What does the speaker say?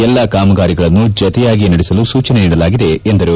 ಎಲ್ಲಾ ಕಾಮಗಾರಿಗಳನ್ನು ಜತೆಯಾಗಿಯೇ ನಡೆಸಲು ಸೂಚನೆ ನೀಡಲಾಗಿದೆ ಎಂದರು